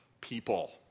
people